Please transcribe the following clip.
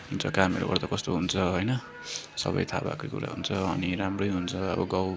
जो कामहरू गर्दा कस्तो हुन्छ होइन सबै थाहा भएकै कुरा हुन्छ अनि राम्रै हुन्छ अब गाउँ